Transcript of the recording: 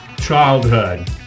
childhood